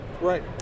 right